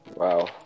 wow